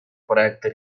проекта